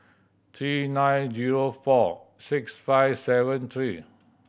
three nine zero four six five seven three